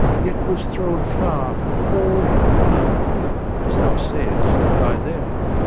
yet was thrown far from all honour as thou sayest, by them,